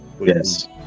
Yes